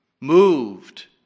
moved